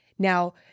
Now